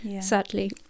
sadly